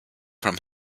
from